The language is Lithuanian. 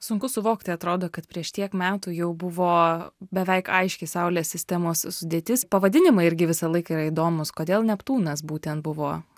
sunku suvokti atrodo kad prieš tiek metų jau buvo beveik aiški saulės sistemos sudėtis pavadinimai irgi visą laiką yra įdomūs kodėl neptūnas būtent buvo